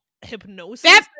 hypnosis